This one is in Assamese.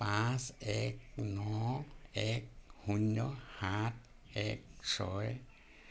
পাঁচ এক ন এক শূন্য সাত এক ছয়